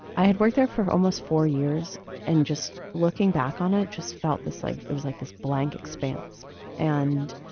i had worked there for almost four years and just looking back on it, i just felt this like it was like this blank expanse and